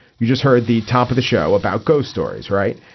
you just heard the top of the show about ghost stories right.